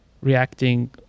reacting